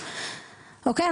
אוקיי?